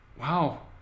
wow